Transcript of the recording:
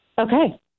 okay